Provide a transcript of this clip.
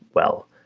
well,